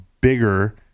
bigger